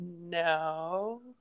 no